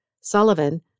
Sullivan